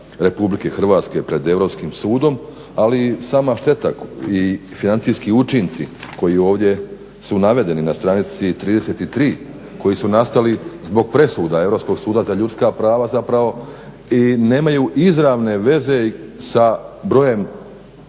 Republike Hrvatske pred Europskim sudom, ali sama šteta i financijski učinci koji ovdje su navedeni na stranici 33. koji su nastali zbog presuda Europskog suda za ljudska prava zapravo i nemaju izravne veze sa brojem